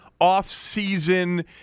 off-season